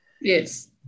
yes